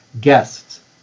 guests